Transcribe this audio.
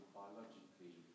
biologically